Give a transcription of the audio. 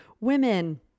women